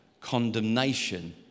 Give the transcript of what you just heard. condemnation